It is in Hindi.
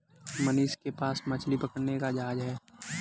मनीष के पास मछली पकड़ने का जहाज है